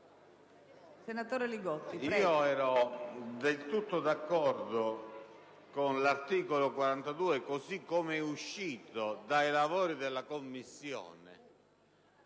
Signora Presidente, io ero del tutto d'accordo con l'articolo 42 così come uscito dai lavori della Commissione,